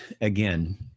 again